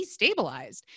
destabilized